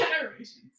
generations